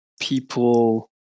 people